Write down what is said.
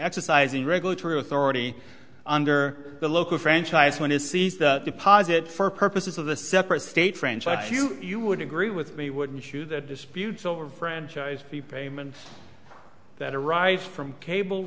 exercising regulatory authority under the local franchise when it sees the deposit for purposes of the separate state friends like you you would agree with me wouldn't you the disputes over franchise fee payments that arise from cable